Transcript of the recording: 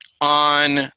on